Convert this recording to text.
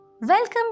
Welcome